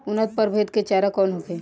उन्नत प्रभेद के चारा कौन होखे?